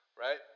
Right